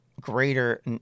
greater